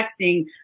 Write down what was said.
texting